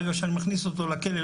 ברגע שאני מכניס אותו לכלא,